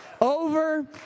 Over